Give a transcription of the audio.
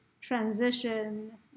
transition